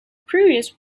previous